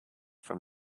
from